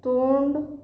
तोंड